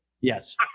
Yes